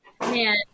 Man